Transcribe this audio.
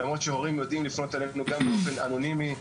למרות שההורים יודעים לפנות אלינו באופן אנונימי.